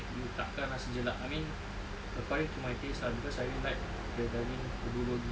you takkan rasa jelak I mean according to my taste lah cause I really like the daging bulgogi